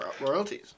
royalties